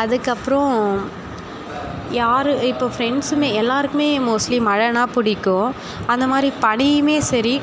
அதுக்கப்பறம் யார் இப்போ ஃப்ரெண்ட்ஸுமே எல்லோருக்குமே மோஸ்ட்லி மழைனா பிடிக்கும் அந்த மாதிரி பனியுமே சரி